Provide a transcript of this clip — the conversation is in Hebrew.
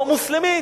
או מוסלמית.